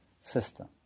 system